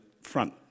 front